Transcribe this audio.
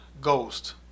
Ghost